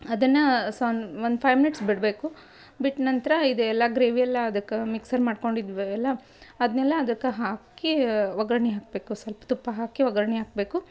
ಅದನ್ನು ಸೊನ್ one five minutes ಬಿಡಬೇಕು ಬಿಟ್ಟ ನಂತರ ಇದೇ ಎಲ್ಲ ಗ್ರೇವಿ ಎಲ್ಲ ಅದಕ್ಕೆ ಮಿಕ್ಸರ್ ಮಾಡ್ಕೊಂಡು ಇದ್ವಿಯಲ್ಲ ಅದನೆಲ್ಲ ಅದಕ್ಕೆ ಹಾಕೀ ಒಗ್ಗರ್ಣೆ ಹಾಕಬೇಕು ಸ್ವಲ್ಪ್ ತುಪ್ಪ ಹಾಕಿ ಒಗ್ಗರ್ಣೆ ಹಾಕಬೇಕು